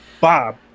Bob